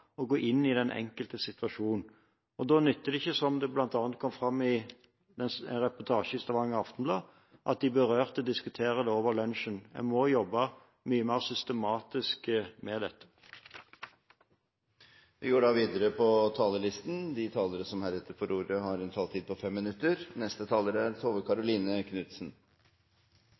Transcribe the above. å gå inn i den enkelte situasjonen. Da nytter det ikke, som det bl.a. kom fram i reportasjen i Stavanger Aftenblad, at de berørte diskuterer det over lunsjen. En må jobbe mye mer systematisk med